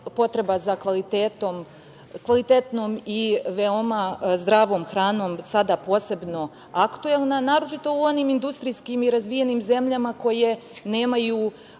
potreba za kvalitetnom i veoma zdravom hranom sada posebno aktuelna, naročito je to u onim industrijskim i razvijenim zemljama koje nemaju